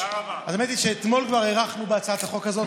האמת היא שכבר אתמול הארכנו בהצעת החוק הזאת,